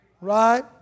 Right